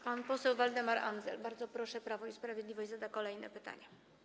Pan poseł Waldemar Andzel, bardzo proszę, Prawo i Sprawiedliwość, zada kolejne pytanie.